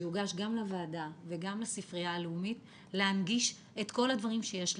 שיוגש גם לוועדה וגם לספרייה הלאומית להנגיש את כל הדברים שיש להם.